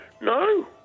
No